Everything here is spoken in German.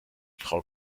frau